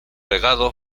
legado